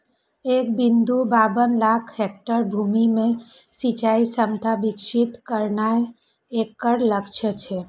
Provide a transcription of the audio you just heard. एक बिंदु बाबन लाख हेक्टेयर भूमि मे सिंचाइ क्षमता विकसित करनाय एकर लक्ष्य छै